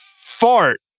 fart